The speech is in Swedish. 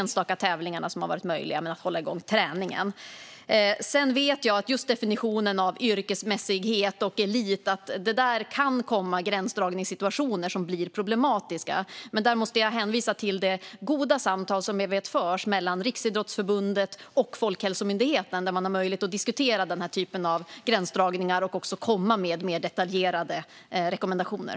När det gäller att definiera yrkesmässighet och elit kan det uppstå problematisk gränsdragning. Jag får dock hänvisa till det goda samtal som förs mellan Riksidrottsförbundet och Folkhälsomyndigheten, där man diskuterar denna typ av gränsdragningar och kan komma med mer detaljerade rekommendationer.